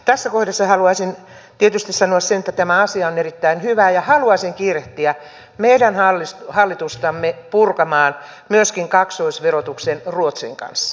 tässä kohdassa haluaisin tietysti sanoa sen että tämä asia on erittäin hyvä ja haluaisin kiirehtiä meidän hallitustamme purkamaan myöskin kaksoisverotuksen ruotsin kanssa